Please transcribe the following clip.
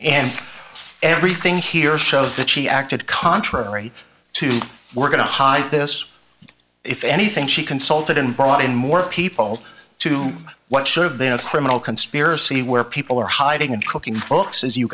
and everything here shows that she acted contrary to we're going to hide this if anything she consulted and brought in more people to what should have been a criminal conspiracy where people are hiding and cooking folks as you